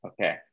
Okay